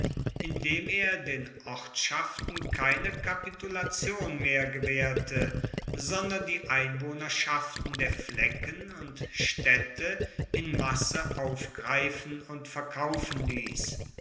indem er den ortschaften keine kapitulation mehr gewaehrte sondern die einwohnerschaften der flecken und staedte in masse aufgreifen und verkaufen liess